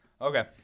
Okay